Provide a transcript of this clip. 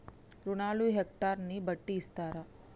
రుణాలు హెక్టర్ ని బట్టి ఇస్తారా?